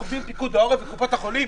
אנחנו עובדים עם פיקוד העורף וקופות החולים?